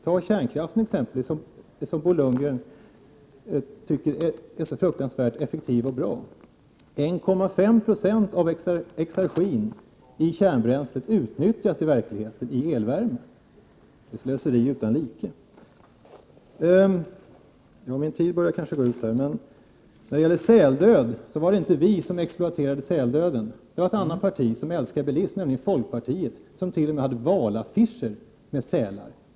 Ta kärnkraften exempelvis, som Bo Lundgren tycker är så fruktansvärt effektiv och bra. 1,5 96 av energin i kärnbränslet utnyttjas i verkligheten i elvärmen - ett slöseri utan like! Slutligen vill jag säga att det inte var vi som exploaterade säldöden. Det var ett annat parti, som älskar bilismen, nämligen folkpartiet, som t.o.m. hade valaffischer med sälar.